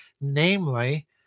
namely